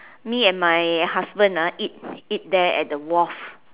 me and my husband ah eat eat there at the wharf